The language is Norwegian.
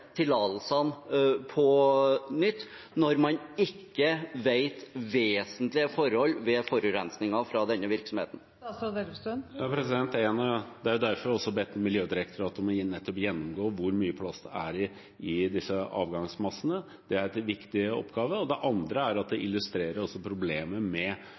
tillatelsene på nytt, når man ikke vet om vesentlige forhold ved forurensingen fra denne virksomheten? Det er også nettopp derfor jeg har bedt Miljødirektoratet om å gjennomgå hvor mye plast det er i disse avgangsmassene. Det er en viktig oppgave. Det andre er at det illustrerer problemet med